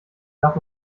darf